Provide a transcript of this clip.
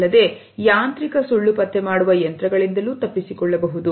ಅಲ್ಲದೇ ಯಾಂತ್ರಿಕ ಸುಳ್ಳು ಪತ್ತೆ ಮಾಡುವ ಯಂತ್ರಗಳಿಂದಲೂ ತಪ್ಪಿಸಿಕೊಳ್ಳಬಹುದು